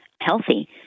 healthy